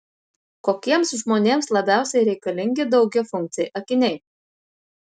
kokiems žmonėms labiausiai reikalingi daugiafunkciai akiniai